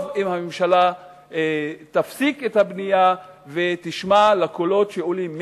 טוב יהיה אם הממשלה תפסיק את הבנייה ותשמע לקולות שעולים מהעולם,